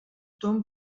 tothom